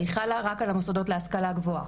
היא חלה רק על המוסדות להשכלה גבוהה.